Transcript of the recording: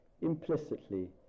implicitly